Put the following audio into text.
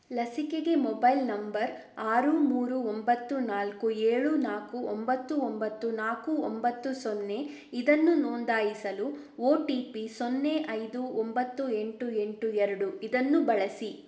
ಲಸಿಕೆಗೆ mobile number ಆರು ಮೂರು ಒಂಬತ್ತು ನಾಲ್ಕು ಏಳು ನಾಲ್ಕು ಒಂಬತ್ತು ಒಂಬತ್ತು ನಾಲ್ಕು ಒಂಬತ್ತು ಸೊನ್ನೆ ಇದನ್ನು ನೋಂದಾಯಿಸಲು ಒ ಟಿ ಪಿ ಸೊನ್ನೆ ಐದು ಒಂಬತ್ತು ಎಂಟು ಎಂಟು ಎರಡು ಇದನ್ನು ಬಳಸಿ